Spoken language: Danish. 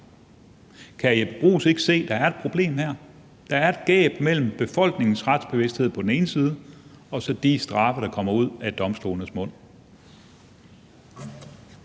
Jeppe Bruus ikke se, at der er et problem her? Der er et gab mellem befolkningens retsbevidsthed på den ene side og så de straffe, der kommer ud af domstolenes mund.